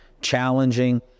challenging